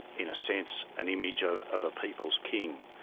in a sense an image ah of a people's king.